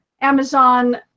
Amazon